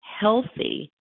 healthy